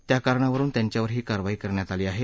त्या कारणावरुन त्यांच्यावर ही कारवाई करण्यात आली आहे